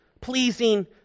pleasing